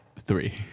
three